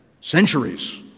centuries